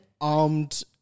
armed